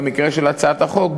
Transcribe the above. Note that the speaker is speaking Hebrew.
במקרה של הצעת החוק,